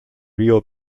rio